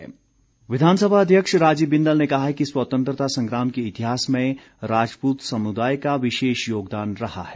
बिंदल विधानसभा अध्यक्ष राजीव बिंदल ने कहा है कि स्वतंत्रता संग्राम के इतिहास में राजपूत समुदाय का विशेष योगदान रहा है